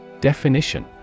Definition